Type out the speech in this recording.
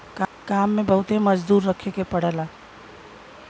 काम में बहुते मजदूर रखे के पड़ला